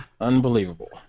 Unbelievable